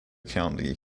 county